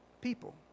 people